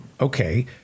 Okay